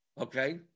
Okay